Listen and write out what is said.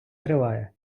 триває